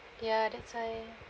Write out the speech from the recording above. ya that's why